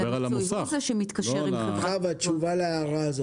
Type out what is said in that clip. חוה, תשובה להערה.